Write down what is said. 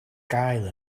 gael